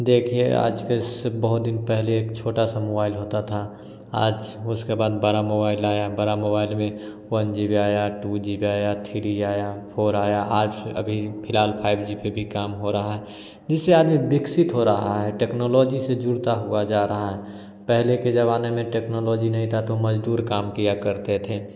देखिए आज के युग बहुत दिन पहले एक छोटा सा मोबाइल होता था आज उसके बाद बड़ा मोबाइल आया बड़े मोबाइल में वन जी बी आया टू जी बी आया थ्री आया फोर आया आज अभी फिलहाल फाइव जी पर भी काम हो रहा है जिससे आदमी विकसित हो रहा है टेक्नोलॉजी से जुड़ता हुआ जा रहा है पहले के ज़माने में टेक्नोलॉजी नहीं था तो मज़दूर काम किया करते थे